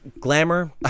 Glamour